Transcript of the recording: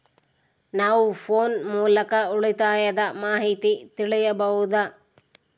ನಾವು ಫೋನ್ ಮೂಲಕ ಉಳಿತಾಯದ ಮಾಹಿತಿ ತಿಳಿಯಬಹುದಾ?